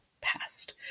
past